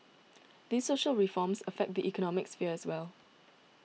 these social reforms affect the economic sphere as well